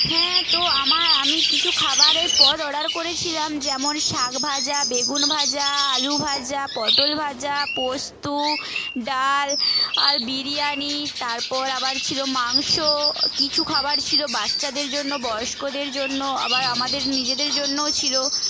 হ্যাঁ তো আমার আমি কিছু খাবারের পদ অর্ডার করেছিলাম যেমন শাক ভাজা বেগুন ভাজা আলু ভাজা পটল ভাজা পোস্ত ডাল আর বিরিয়ানি তারপর আবার ছিল মাংস কিছু খাবার ছিল বাচ্চাদের জন্য বয়স্কদের জন্যও আবার আমাদের নিজেদের জন্যও ছিল